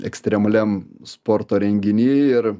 ekstremaliam sporto renginy ir